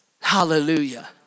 Hallelujah